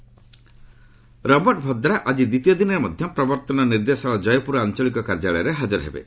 Vadra ED Robert Vadra ଆଜି ଦ୍ୱିତୀୟ ଦିନରେ ମଧ୍ୟ ପ୍ରବର୍ତ୍ତନ ନିର୍ଦ୍ଦେଶାଳୟ ଜୟପ୍ରର ଆଞ୍ଚଳିକ କାର୍ଯ୍ୟାଳୟରେ ହାଜର ହେବେ